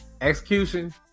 Execution